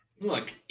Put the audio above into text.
Look